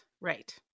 right